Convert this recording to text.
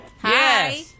Hi